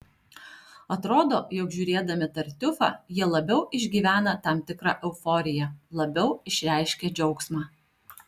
atrodo jog žiūrėdami tartiufą jie labiau išgyvena tam tikrą euforiją labiau išreiškia džiaugsmą